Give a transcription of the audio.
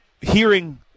hearing